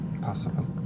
Possible